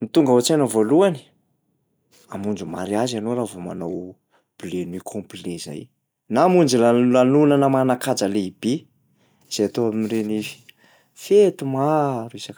Ny tonga ao an-tsaina voalohany, hamonjy mariazy ianao raha vao manao bleu nuit complet zay na hamonjy la- lanonana manan-kaja lehibe zay atao amin'ireny f- fety maro isan-karazany ireny.